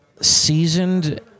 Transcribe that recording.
seasoned